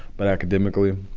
but academically,